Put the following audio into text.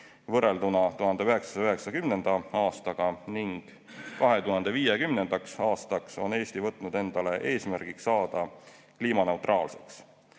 võrrelduna 1990. aastaga ning 2050. aastaks on Eesti võtnud endale eesmärgiks saada kliimaneutraalseks.